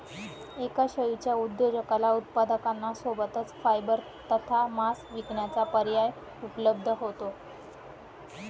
एका शेळीच्या उद्योजकाला उत्पादकांना सोबतच फायबर तथा मांस विकण्याचा पर्याय उपलब्ध होतो